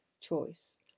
choice